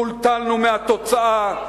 טולטלנו מהתוצאה,